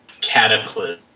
cataclysm